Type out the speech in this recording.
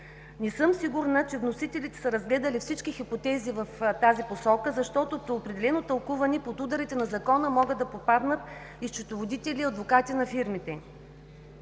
Не съм сигурна, че вносителите са разгледали всички хипотези в тази посока, защото при определено тълкуване под ударите на закона могат да попаднат и счетоводители и адвокати на фирмите.